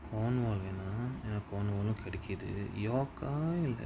cornwall okay lah ஏனா:yenaa cornwall uh கெடைக்குது:kedaikuthu york ah இல்ல:illa